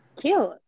cute